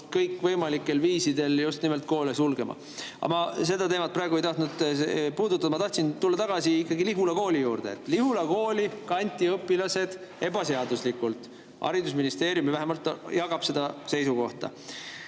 kõikvõimalikel viisidel just nimelt koole sulgema. Aga ma seda teemat praegu ei tahtnud puudutada, ma tahtsin tulla tagasi ikkagi Lihula kooli juurde. Lihula kooli kanti õpilased ebaseaduslikult, haridusministeerium vähemalt jagab seda seisukohta.